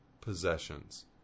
possessions